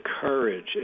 courage